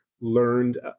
learned